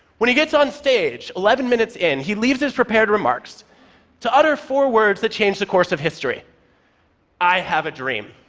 when he gets onstage, eleven minutes in, he leaves his prepared remarks to utter four words that changed the course of history i have a dream.